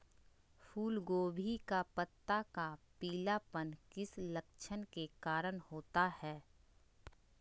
फूलगोभी का पत्ता का पीलापन किस लक्षण के कारण होता है?